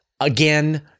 Again